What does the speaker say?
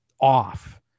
off